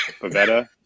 Pavetta